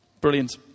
Brilliant